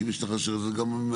כי מי שצריך לאשר זה הממשלה.